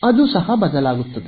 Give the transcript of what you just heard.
ಅದು ಬದಲಾಗುತ್ತದೆ